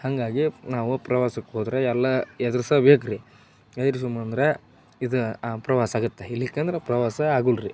ಹಾಗಾಗಿ ನಾವು ಪ್ರವಾಸಕ್ಕೆ ಹೋದರೆ ಎಲ್ಲ ಎದ್ರಿಸಬೇಕ್ ರೀ ಎದ್ರಿಸೋಮ್ ಅಂದರೆ ಇದು ಆ ಪ್ರವಾಸ ಆಗುತ್ತೆ ಇಲ್ಲಿಕಂದ್ರೆ ಪ್ರವಾಸ ಆಗಲ್ಲ ರೀ